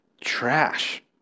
trash